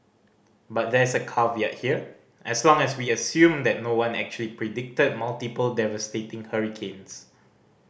but there's a caveat here as long as we assume that no one actually predicted multiple devastating hurricanes